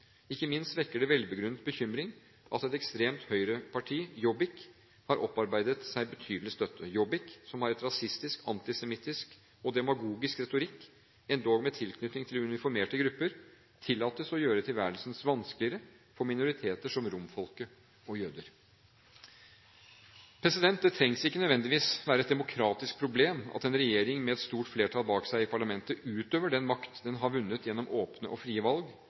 Ikke minst vekker det velbegrunnet bekymring at et ekstremt høyreparti – Jobbik – har opparbeidet seg betydelig støtte. Jobbik, som har en rasistisk, antisemittisk og demagogisk retorikk endog med tilknytning til uniformerte grupper, tillates å gjøre tilværelsen vanskeligere for minoriteter som romfolket og jøder. Det trenger ikke nødvendigvis være et demokratisk problem at en regjering med et stort flertall bak seg i parlamentet utøver den makt den har vunnet gjennom åpne og frie valg,